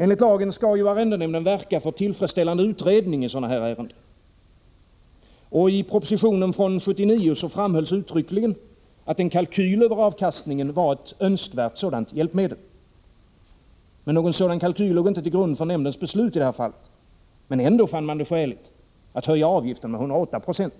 Enligt lagen skall nämnden verka för tillfredsställande utredning i sådana här ärenden. I propositionen framhölls uttryckligen att en kalkyl över avkastningen var ett önskvärt hjälpmedel. Någon sådan kalkyl låg inte till grund för nämndens beslut i detta fall — men ändå fann man det skäligt att höja avgiften med 108 96.